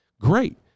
great